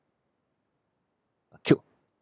cute